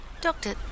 Doctor